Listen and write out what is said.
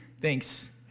Thanks